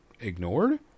ignored